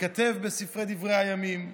ייכתב בספרי דברי הימים.